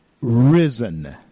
risen